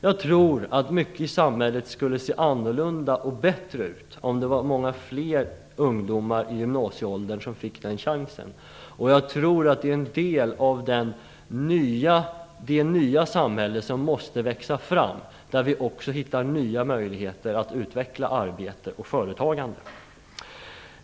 Jag tror att mycket i samhället skulle se annorlunda och bättre ut om många fler ungdomar i gymnasieåldern fick den chansen. Jag tror att vi i det nya samhälle som måste växa fram också hittar nya möjligheter att utveckla arbete och företagande.